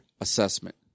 assessment